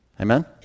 Amen